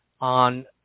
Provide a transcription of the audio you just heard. on